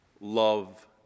love